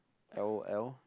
l_o_l